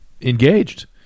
engaged